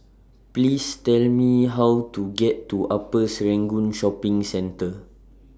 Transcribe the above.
Please Tell Me How to get to Upper Serangoon Shopping Centre